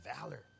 valor